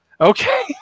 Okay